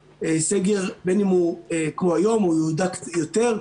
סגר בין אם הוא כמו היום או יהודק יותר.